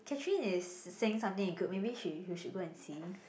Catherine is saying something in the group maybe she you should go and see